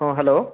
ହଁ ହ୍ୟାଲୋ